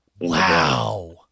Wow